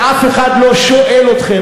ואף אחד לא שואל אתכם.